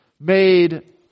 Made